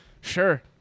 sure